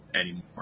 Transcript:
anymore